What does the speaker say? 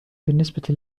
بالنسبة